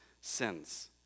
sins